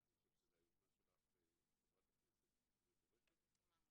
אני חושב שהיוזמה שלך, חברת הכנסת, היא מבורכת.